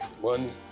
One